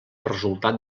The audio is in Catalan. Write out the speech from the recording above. resultat